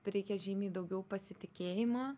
reikia žymiai daugiau pasitikėjimo